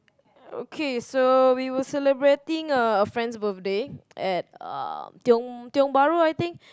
okay so we were celebrating a friend's birthday at um Tiong Tiong-Bahru I think